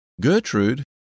Gertrude